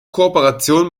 kooperationen